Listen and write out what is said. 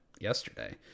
yesterday